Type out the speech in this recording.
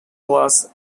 was